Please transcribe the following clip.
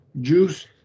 juice